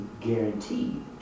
guaranteed